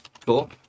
cool